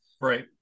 Right